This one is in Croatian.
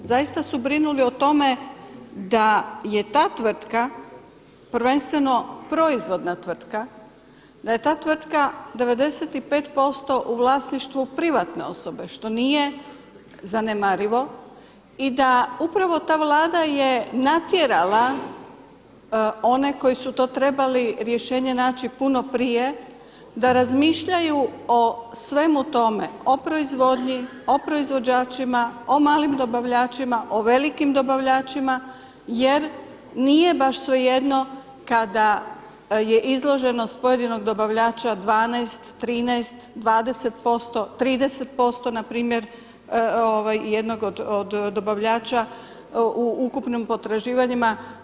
Zaista su brinuli o tome da je ta tvrtka prvenstveno proizvodna tvrtka, da je ta tvrtka 95% u vlasništvu privatne osobe što nije zanemarivo i da upravo ta Vlada je natjerala one koji su to trebali rješenje naći puno prije da razmišljaju o svemu tome, o proizvodnji, o proizvođačima, o malim dobavljačima, o velikim dobavljačima jer nije baš svejedno kada je izloženost pojedinog dobavljača 12, 13, 20%, 30% na primjer jednog od dobavljača u ukupnim potraživanjima.